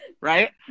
Right